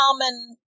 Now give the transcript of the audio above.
common